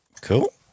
Cool